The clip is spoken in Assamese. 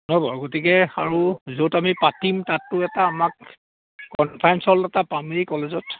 ন বাৰু গতিকে আৰু য'ত আমি পাতিম তাতো এটা আমাক কনফাৰেন্স হ'ল এটা পামেই কলেজত